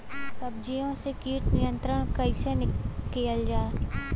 सब्जियों से कीट नियंत्रण कइसे कियल जा?